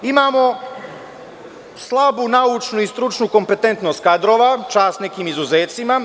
Imamoslabu naučnu i stručnu kompetentnost kadrova, čast nekim izuzecima.